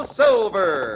silver